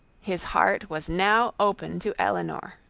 his heart was now open to elinor,